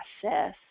process